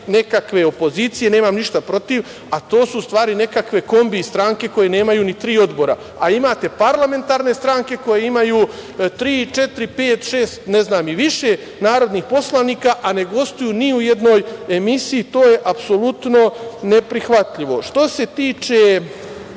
nekakve opozicije, nemam ništa protiv, a to su u stvari nekakve kombi stranke koje nemaju ni tri odbora, a imate parlamentarne stranke koje imaju tri, četiri, pet, šest, ne znam i više, narodnih poslanika, ali ne gostuju ni u jednoj emisiji. To je apsolutno neprihvatljivo. Što se tiče